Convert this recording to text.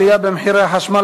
נעבור להצעות